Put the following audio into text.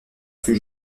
fut